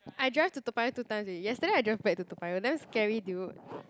I drive to Toa-Payoh two times already yesterday I drove back to Toa-Payoh damn scary dude